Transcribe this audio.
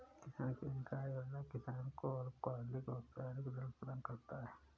किसान credit card योजना किसान को अल्पकालिक औपचारिक ऋण प्रदान करता है